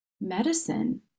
medicine